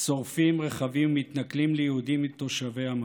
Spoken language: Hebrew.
שורפים רכבים ומתנכלים ליהודים תושבי המקום,